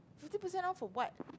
fifty percent off for what